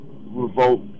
revolt